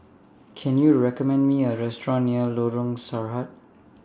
Can YOU recommend Me A Restaurant near Lorong Sarhad